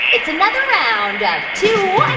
it's another round of two